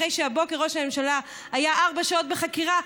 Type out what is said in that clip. אחרי שהבוקר ראש הממשלה היה ארבע שעות בחקירה,